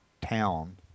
town